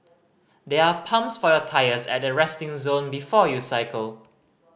there are pumps for your tyres at the resting zone before you cycle